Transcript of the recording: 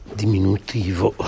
diminutivo